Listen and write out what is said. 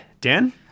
Dan